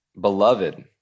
Beloved